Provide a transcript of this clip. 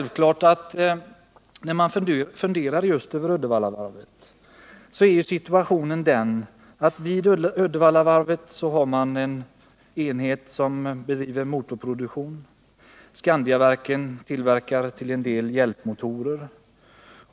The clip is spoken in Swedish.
Vid Uddevallavarvet finns en enhet som bedriver motorproduktion, och vid Skandiaverken tillverkas till en del hjälpmotorer.